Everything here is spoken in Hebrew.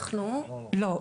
אנחנו --- לא,